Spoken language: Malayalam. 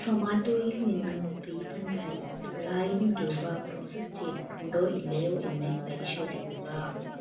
സൊമാറ്റോയിൽ നിന്നും റീഫണ്ട് ആയി തൊള്ളായിരം രൂപ പ്രോസസ്സ് ചെയ്തിട്ടുണ്ടോ ഇല്ലയോ എന്ന് പരിശോധിക്കുക